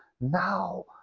now